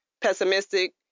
pessimistic